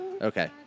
Okay